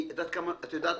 את יודעת